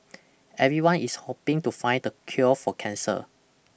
everyone is hoping to find the cure for cancer